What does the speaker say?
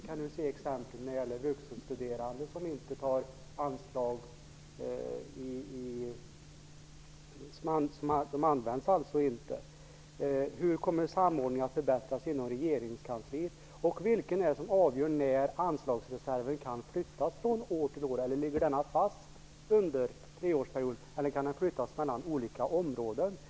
När det gäller t.ex. vuxenstuderande utnyttjades inte anslaget. Hur kommer samordningen att förbättras inom regeringskansliet? Vilken är det som avgör när anslagsreserven kan flyttas från år till år? Ligger den fast under en treårsperiod, eller kan den flyttas mellan olika områden?